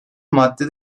madde